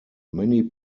many